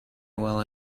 while